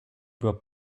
über